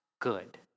good